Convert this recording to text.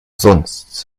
sonst